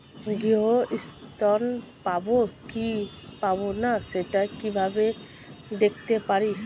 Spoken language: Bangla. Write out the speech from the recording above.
গৃহ ঋণ পাবো কি পাবো না সেটা কিভাবে দেখতে পারি?